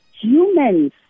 humans